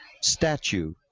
statue